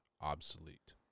obsolete